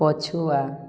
ପଛୁଆ